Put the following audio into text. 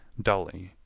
dully,